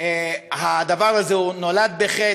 הדבר הזה נולד בחטא,